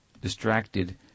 distracted